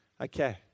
Okay